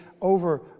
over